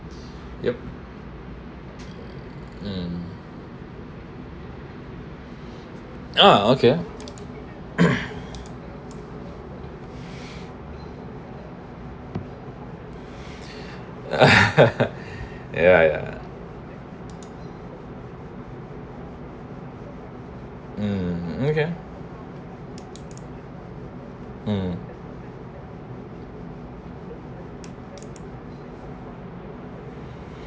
yup mm uh okay ya ya um okay um